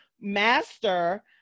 master